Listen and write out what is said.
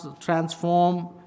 transform